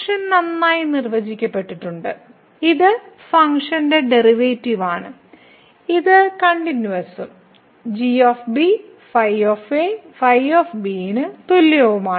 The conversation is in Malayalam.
ഫംഗ്ഷൻ നന്നായി നിർവചിക്കപ്പെട്ടിട്ടുണ്ട് ഇത് ഫംഗ്ഷൻ ഡിഫറൻഷ്യൽ ആണ് ഇത് കണ്ടിന്യൂവസും g ϕ ϕ ന് തുല്യവുമാണ്